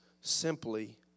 simply